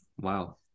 Wow